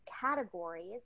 categories